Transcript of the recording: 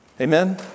Amen